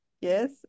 yes